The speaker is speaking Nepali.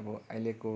अब अहिलेको